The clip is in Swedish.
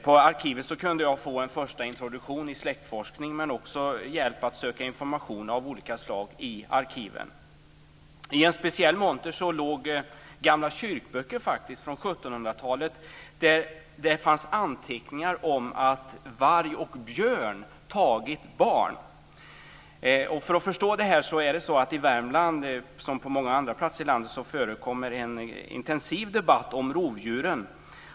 På arkivet kunde jag få en första introduktion i släktforskning och också hjälp med att i arkiven söka information av olika slag. I en speciell monter fanns det gamla kyrkböcker, faktiskt från 1700-talet, där det fanns anteckningar om att varg och björn hade tagit barn - i Värmland, liksom på många andra håll i landet, förekommer det en intensiv debatt om rovdjuren.